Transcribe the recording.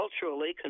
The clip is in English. culturally